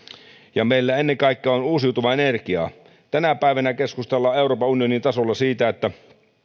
parempaan meillä ennen kaikkea on uusiutuvaa energiaa tänä päivänä keskustellaan euroopan unionin tasolla